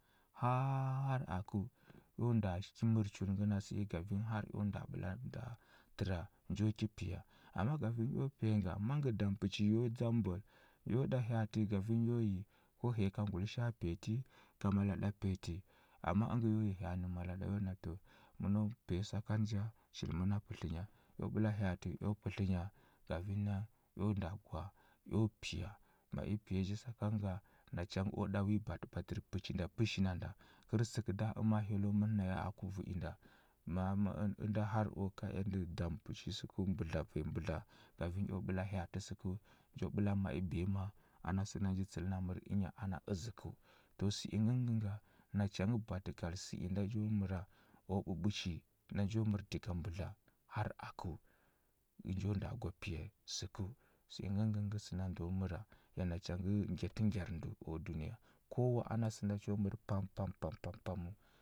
Haa har akəu, eo nda ki mər chul ngəna sə i kafin har eo nda ɓəla nda təra nju ki piya. Amma kafin nju ki piya nga, mangə dam pəchi yo dzam bwal, yo da hya atə gavin yo yi, gu həya ka ngulisha a piyati, ka mala piyati. Ama əngə yo yi hya anə mala ɗa yo na məno piya sakanə ja, shili məna pətlənya. Eo ɓəla hya atə eo pətləny kafin nan eo nda gwa eo piya. Ma i piya ja saka nga, nacha ngə o ɗa wi batəbatər pəchi nda pəshi nda nda. Kər səkə nda ama hyelləu mər naya aku vu i nda, ma mə ənda har u kai ea dam pəchi zəgəu mbudla vanya mbudla kafin eo ɓəla hya atə səkəu. Nju ɓəla ma i biyama ana sə inda nji tsəlna mər ənya ana əzəkəu. Dəhə sə ingə ngə nga, nacha badəgal sə inda njo məra, u ɓuɓuchi na nju mər diga mbudla har akəu, nju nda gwa piya səkəu. Sə ingə ngə ngə sənda ndo məra, ya nacha ngə ngyakə ngyar ndəu, u dunəya. Kowa ana sənda cho mər pam pam pam pampaməu.